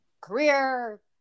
career